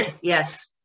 yes